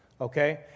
okay